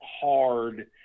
hard